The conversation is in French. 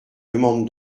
demande